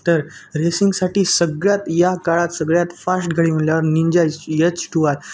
तर रेसिंगसाठी सगळ्यात या काळात सगळ्यात फास्ट गाडी म्हणल्यावर निंजा यच टू आय